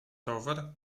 rower